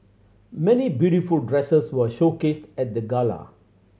many beautiful dresses were showcased at the gala